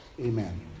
amen